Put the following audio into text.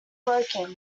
broken